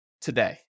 today